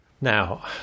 Now